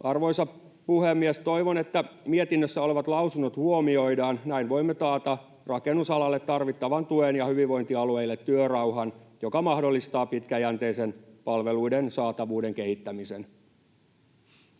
Arvoisa puhemies! Toivon, että mietinnössä olevat lausumat huomioidaan. Näin voimme taata rakennusalalle tarvittavan tuen ja hyvinvointialueille työrauhan, joka mahdollistaa pitkäjänteisen palveluiden saatavuuden kehittämisen.